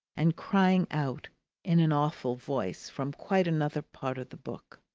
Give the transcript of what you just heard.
and crying out in an awful voice from quite another part of the book,